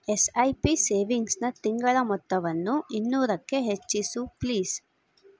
S I P ಸೇವಿಂಗ್ಸ್ನ ತಿಂಗಳ ಮೊತ್ತವನ್ನು ಇನ್ನೂರಕ್ಕೆ ಹೆಚ್ಚಿಸು ಪ್ಲೀಸ್